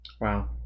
Wow